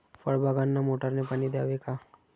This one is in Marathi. फळबागांना मोटारने पाणी द्यावे का?